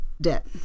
debt